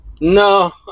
No